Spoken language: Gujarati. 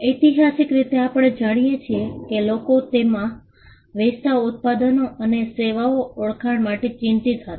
ઐતિહાસિક રીતે આપણે જાણીએ છીએ કે લોકો તેઓ વેચતા ઉત્પાદનો અને સેવાઓ ઓળખાણ માટે ચિંતિત હતા